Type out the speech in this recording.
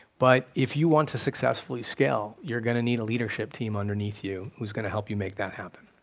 but if you want to successfully scale, you're going to need a leadership team underneath you whose going to help you make that happen.